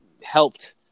helped